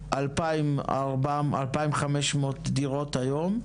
יש 2,500 דירות היום,